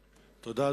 התקבלה.